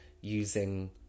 using